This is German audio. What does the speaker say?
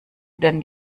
denn